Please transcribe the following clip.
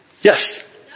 Yes